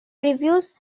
reviews